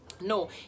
no